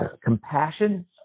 compassion